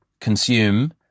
consume